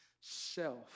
self